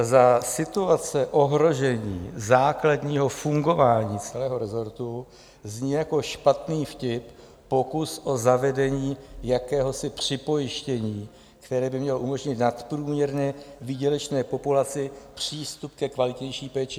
Za situace ohrožení základního fungování celého resortu zní jako špatný vtip pokus o zavedení jakéhosi připojištění, které by mělo umožnit nadprůměrně výdělečné populaci přístup ke kvalitnější péči.